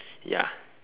ya